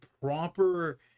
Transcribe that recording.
proper